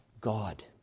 God